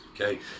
okay